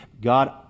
God